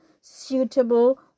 suitable